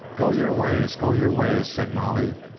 go your ways, go your ways, said molly.